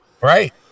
Right